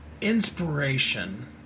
Inspiration